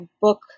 book